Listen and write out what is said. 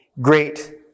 great